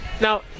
Now